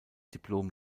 diplom